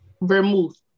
Vermouth